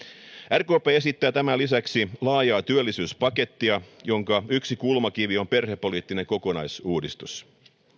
rkp esittää tämän lisäksi laajaa työllisyyspakettia jonka yksi kulmakivi on perhepoliittinen kokonaisuudistus